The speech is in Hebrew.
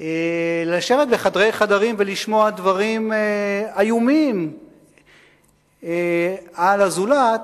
לשבת בחדרי-חדרים ולשמוע דברים איומים על הזולת,